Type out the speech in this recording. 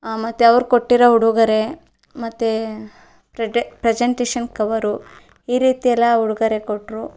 ಮತ್ತೆ ಅವ್ರು ಕೊಟ್ಟಿರೊ ಉಡುಗೊರೆ ಮತ್ತೆ ಪ್ರೆಡೆ ಪ್ರೆಜೆಂಟೇಷನ್ ಕವರು ಈ ರೀತಿಯೆಲ್ಲ ಉಡುಗೊರೆ ಕೊಟ್ಟರು